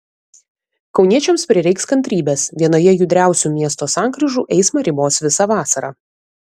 kauniečiams prireiks kantrybės vienoje judriausių miesto sankryžų eismą ribos visą vasarą